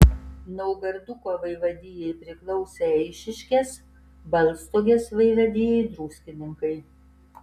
naugarduko vaivadijai priklausė eišiškės balstogės vaivadijai druskininkai